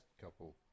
couple